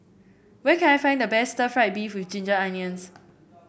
where can I find the best stir fry beef with Ginger Onions